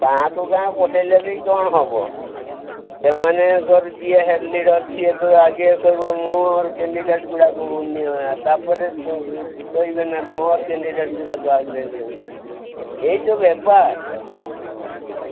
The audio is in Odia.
ଗାଁକୁ ଗାଁ ପଠାଇଲେ ବି କ'ଣ ହେବ ସେମାନଙ୍କର ଯିଏ ହେଡ଼୍ ଲିଡ଼ର୍ ସେଇ ତ ଆଗ କହିବ ମୋର କ୍ଯାଣ୍ଡିଡେଟ୍ ଗୁଡ଼ାକ ନିଏ ତାପରେ କହିବେନା ମୋର କ୍ଯାଣ୍ଡିଡେଟ୍ ଗୁଡ଼ାକ ଆଗରେ ନିଅନ୍ତୁ ଏଇ ଯେଉଁ ବେପାର